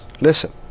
Listen